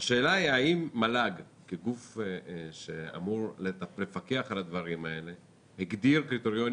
השאלה היא אם המל"ג כגוף שאמור לפקח על הדברים האלה הגדיר קריטריונים